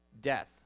death